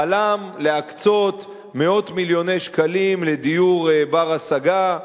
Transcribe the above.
חלם להקצות מאות מיליוני שקלים לדיור בר-השגה,